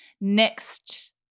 Next